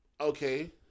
Okay